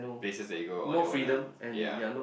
places that you go on your own ah ya